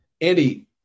Andy